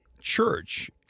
church